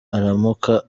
aramuka